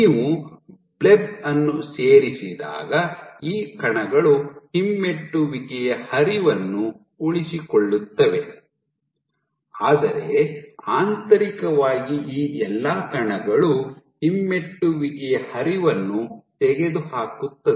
ನೀವು ಬ್ಲೆಬ್ ಅನ್ನು ಸೇರಿಸಿದಾಗ ಈ ಕಣಗಳು ಹಿಮ್ಮೆಟ್ಟುವಿಕೆಯ ಹರಿವನ್ನು ಉಳಿಸಿಕೊಳ್ಳುತ್ತವೆ ಆದರೆ ಆಂತರಿಕವಾಗಿ ಈ ಎಲ್ಲಾ ಕಣಗಳು ಹಿಮ್ಮೆಟ್ಟುವಿಕೆಯ ಹರಿವನ್ನು ತೆಗೆದುಹಾಕುತ್ತದೆ